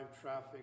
traffic